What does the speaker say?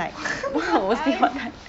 it's all the same